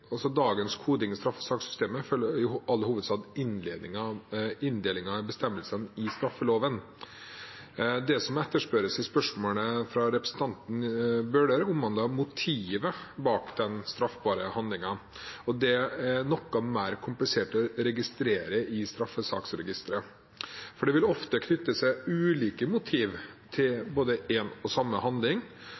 all hovedsak inndelingen av bestemmelsene i straffeloven. Det som etterspørres av representanten Bøhler, omhandler motivet bak den straffbare handlingen, og det er noe mer komplisert å registrere i straffesakregisteret. Det vil ofte knytte seg ulike motiv til én og samme handling,